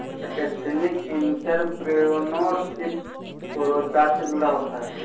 ethnic entrepreneurship स्वरोजगार से जुड़ा होता है